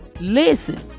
listen